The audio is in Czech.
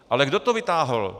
Ale kdo to vytáhl?